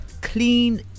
clean